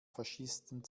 faschisten